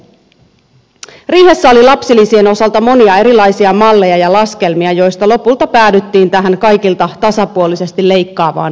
riihessä oli lapsilisien osalta monia erilaisia malleja ja laskelmia joista lopulta päädyttiin tähän kaikilta tasapuolisesti leikkaavaan malliin